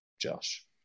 Josh